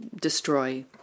destroy